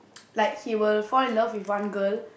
like he will fall in love with one girl